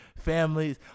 families